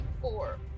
four